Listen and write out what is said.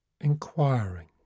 inquiring